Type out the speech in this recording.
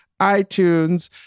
iTunes